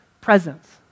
presence